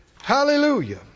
Hallelujah